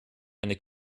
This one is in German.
eine